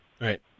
Right